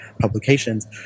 publications